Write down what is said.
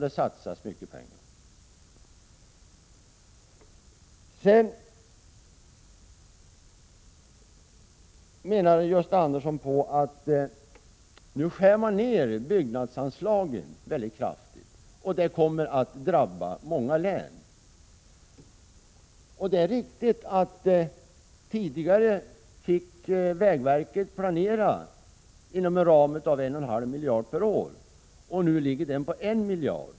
Gösta Andersson anförde att byggnadsanslagen nu skärs ned mycket kraftigt och att det kommer att drabba många län. Det är riktigt att vägverket tidigare fick planera inom en ram på 1,5 miljarder kronor per år och att ramen nu ligger på en miljard.